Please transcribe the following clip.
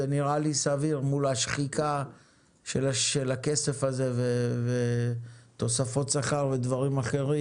זה נראה לי סביר מול השחיקה של הכסף הזה ותוספות שכר ודברים אחרים.